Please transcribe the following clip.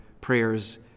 prayers